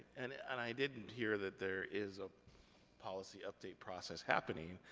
and i didn't hear that there is a policy update process happening.